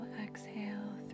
exhale